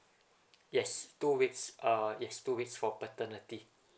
yes two weeks uh it's two weeks for paternity